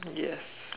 yes